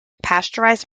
pasteurized